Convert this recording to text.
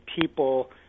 people